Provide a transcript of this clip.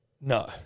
no